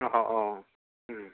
अ अ अ औ